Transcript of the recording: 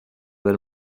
del